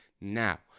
Now